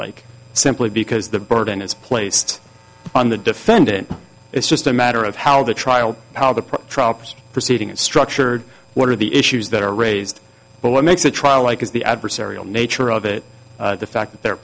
like simply because the burden is placed on the defendant it's just a matter of how the trial how the trial proceeding is structured what are the issues that are raised but what makes a trial like is the adversarial nature of it the fact that the